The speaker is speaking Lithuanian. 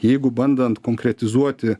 jeigu bandant konkretizuoti